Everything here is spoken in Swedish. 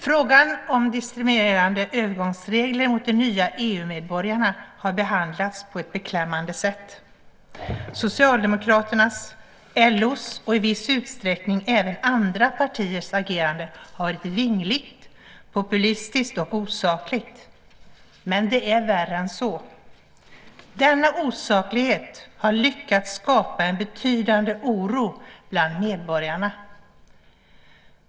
Frågan om diskriminerande övergångsregler mot de nya EU-medborgarna har behandlats på ett beklämmande sätt. Socialdemokraternas, LO:s och i viss utsträckning även andra partiers agerande har varit vingligt, populistiskt och osakligt. Men det är värre än så. Denna osaklighet har lyckats skapa en betydande oro bland medborgarna.